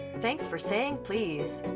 thanks for saying please.